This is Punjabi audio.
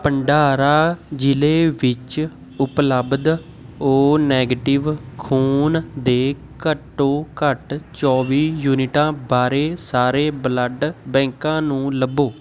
ਭੰਡਾਰਾ ਜ਼ਿਲ੍ਹੇ ਵਿੱਚ ਉਪਲੱਬਧ ਓ ਨੈਗੇਟਿਵ ਖੂਨ ਦੇ ਘੱਟੋ ਘੱਟ ਚੌਵੀ ਯੂਨਿਟਾਂ ਵਾਲੇ ਸਾਰੇ ਬਲੱਡ ਬੈਂਕਾਂ ਨੂੰ ਲੱਭੋ